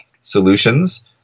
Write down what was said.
solutions